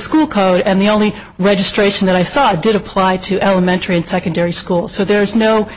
school code and the only registration that i saw did apply to elementary and secondary school so there is no